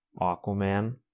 Aquaman